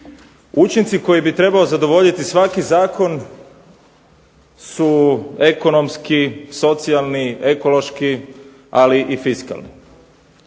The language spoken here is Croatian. Učinci koji bi trebao zadovoljiti svaki zakon su ekonomski, socijalni, ekološki, ali i fiskalni.